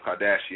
Kardashian